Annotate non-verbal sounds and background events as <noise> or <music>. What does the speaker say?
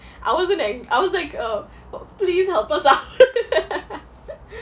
I wasn't ang~ I was like uh <noise> please help us out <laughs>